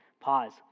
Pause